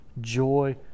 joy